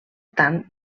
tant